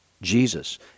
Jesus